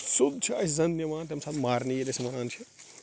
سیٚود چھِ اسہِ زن نِوان تمہِ ساتہِ مارِنہِ ییٚلہِ اسہِ نِوان چھِ